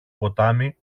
ποτάμι